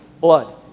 blood